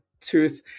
tooth